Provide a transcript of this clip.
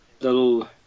little